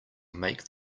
make